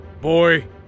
Boy